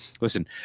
listen